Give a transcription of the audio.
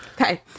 Okay